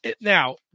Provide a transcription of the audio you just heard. Now